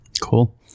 cool